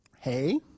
Hey